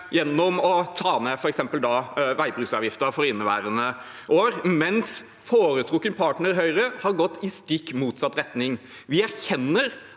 gjennom å ta ned f.eks. veibruksavgiften for inneværende år, mens foretrukket partner Høyre har gått i stikk motsatt retning. Vi erkjenner